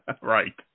Right